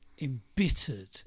embittered